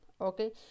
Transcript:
okay